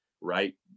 right